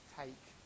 take